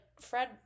Fred